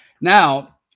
Now